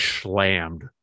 slammed